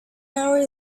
hour